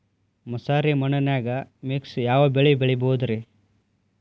ಮಸಾರಿ ಮಣ್ಣನ್ಯಾಗ ಮಿಕ್ಸ್ ಯಾವ ಬೆಳಿ ಬೆಳಿಬೊದ್ರೇ?